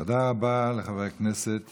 תודה רבה לחבר הכנסת